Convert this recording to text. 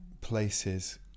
places